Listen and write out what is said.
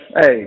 Hey